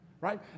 right